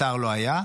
אתר לא היה,